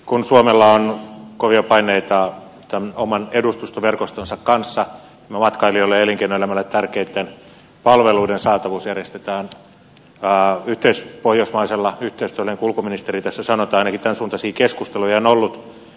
kun suomella on kovia paineita tämän oman edustustoverkostonsa kanssa niin matkailijoille ja elinkeinoelämälle tärkeitten palveluiden saatavuus järjestetään yhteispohjoismaisella yhteistyöllä niin kuin ulkoministeri tässä sanoi tai ainakin tämänsuuntaisia keskusteluja on ollut